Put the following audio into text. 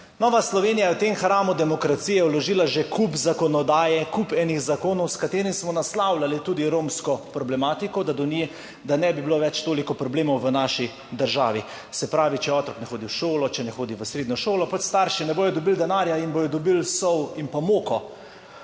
Nova Slovenija je v tem hramu demokracije vložila že kup zakonodaje, kup enih zakonov, s katerim smo naslavljali tudi romsko problematiko, da do nje, da ne bi bilo več toliko problemov v naši državi. Se pravi, če otrok ne hodi v šolo, če ne hodi v srednjo šolo, pač starši ne bodo dobili denarja in bodo dobili sol in pa moko.